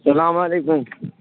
سلام علیکم